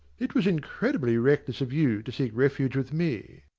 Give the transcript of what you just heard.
it was incredibly reckless of you to seek refuge with me.